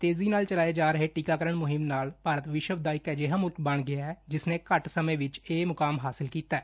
ਤੇਜੀ ਨਾਲ ਚਲਾਈ ਜਾ ਰਹੀ ਟੀਕਾਕਰਣ ਮਹਿੰਮ ਨਾਲ ਭਾਰਤ ਵਿਸ਼ਵ ਦਾ ਇੱਕ ਅਜਿਹਾ ਮੁਲਕ ਬਣ ਗਿਆ ਏ ਜਿਸ ਨੇ ਘੱਟ ਸਮੇ ਵਿੱਚ ਇਹ ਮੁਕਾਮ ਹਾਸਿਲ ਕੀਤੈ